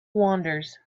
wanders